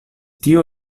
tiu